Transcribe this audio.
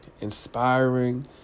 inspiring